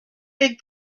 big